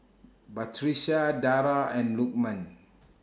Batrisya Dara and Lukman